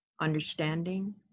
understanding